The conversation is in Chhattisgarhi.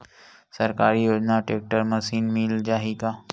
सरकारी योजना टेक्टर मशीन मिल जाही का?